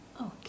Okay